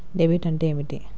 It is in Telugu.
డెబిట్ అంటే ఏమిటి?